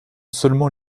seulement